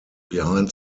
behind